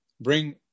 bring